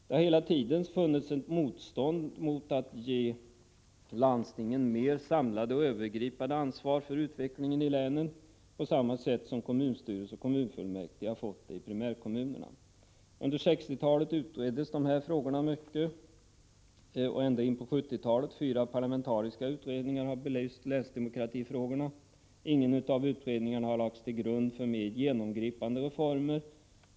Det har hela tiden funnits ett motstånd mot att ge landstingen ett mer samlat och övergripande ansvar för utvecklingen i länen, på samma sätt som kommunstyrelser och kommunfullmäktige har fått det i primärkommunerna. Under 1960-talet och ända in på 1970-talet utreddes de här frågorna mycket. Fyra parlamentariska utredningar har belyst länsdemokratifrågorna. Ingen av utredningarna har lagts till grund för mer genomgripande reformer.